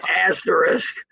asterisk